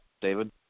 David